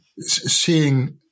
seeing